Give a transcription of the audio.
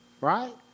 right